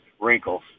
wrinkles